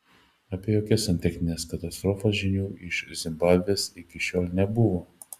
apie jokias santechnines katastrofas žinių iš zimbabvės iki šiol nebuvo